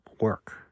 work